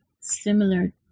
similar